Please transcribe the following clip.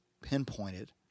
pinpointed